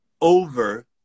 over